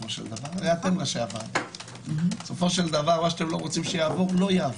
מה שאתם לא רוצים שיעבור לא יעבור,